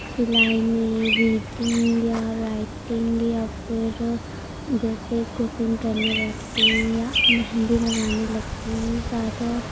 سلائی میں ریڈنگ یا رائٹنگ یا پھر جیسے کوکنگ کرنے لگتی ہوں یا مہندی لگانے لگتی ہوں زیادہ